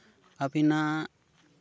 ᱟᱹᱵᱤᱱᱟᱜ